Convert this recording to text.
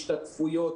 השתתפויות,